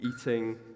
eating